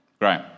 Great